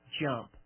jump